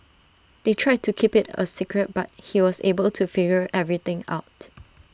they tried to keep IT A secret but he was able to figure everything out